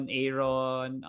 Aaron